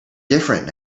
different